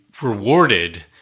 rewarded